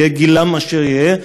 יהא גילם אשר יהיה.